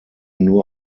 nur